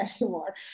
anymore